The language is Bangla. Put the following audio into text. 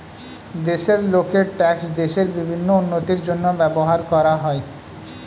দেশের লোকের ট্যাক্স দেশের বিভিন্ন উন্নতির জন্য ব্যবহার করা হয়